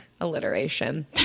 alliteration